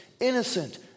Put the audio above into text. innocent